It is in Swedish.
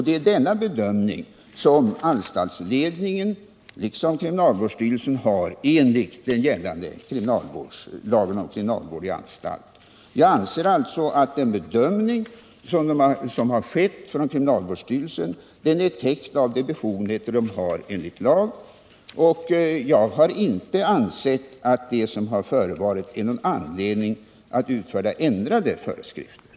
Det är denna bedömning som anstaltsledningen liksom kriminalvårdsstyrelsen har att göra enligt lagen om kriminalvård i anstalt. Jag anser alltså att den bedömning som har gjorts av kriminalvårdsstyrelsen är täckt av de befogenheter styrelsen har enligt lag. Jag har inte ansett att det som förevarit utgör någon anledning att utfärda ändrade föreskrifter.